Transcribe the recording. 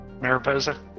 Mariposa